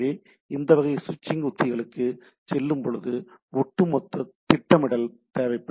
எனவே இந்த வகை ஸ்விட்சிங் உத்திகளுக்கு செல்லும்போது ஒட்டுமொத்த திட்டமிடல் தேவை